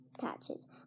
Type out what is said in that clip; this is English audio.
patches